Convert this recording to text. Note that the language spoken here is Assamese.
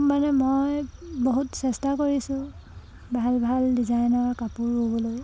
মানে মই বহুত চেষ্টা কৰিছোঁ ভাল ভাল ডিজাইনৰ কাপোৰ ববলৈ